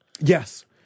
Yes